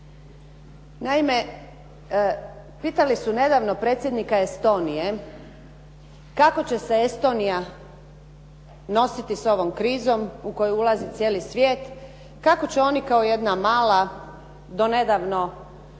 Naime, pitali su nedavno predsjednika Estonije, kako će se Estonija nositi s ovom krizom u koju ulazi cijeli svijet? Kako će oni kao jedna mala do nedavno